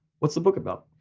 what's the book about?